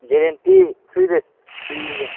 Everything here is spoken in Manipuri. ꯒꯔꯦꯟꯇꯤ ꯊ꯭ꯔꯤ ꯗꯦꯖ ꯄꯤꯒꯅꯤ